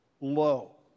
low